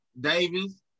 Davis